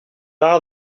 are